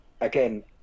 Again